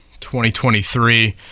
2023